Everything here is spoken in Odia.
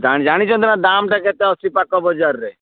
ଜାଣିଛନ୍ତି ନା ଦାମ୍ଟା କେତେ ଅଛି ପାଖ ବଜାରରେ